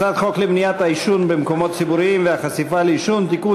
הצעת חוק למניעת העישון במקומות ציבוריים והחשיפה לעישון (תיקון,